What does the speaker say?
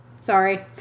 Sorry